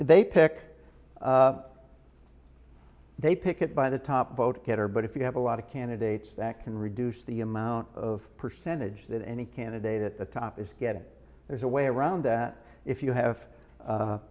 they pick they pick it by the top vote getter but if you have a lot of candidates that can reduce the amount of percentage that any candidate at the top is getting there's a way around that if you have